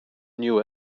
knew